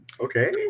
Okay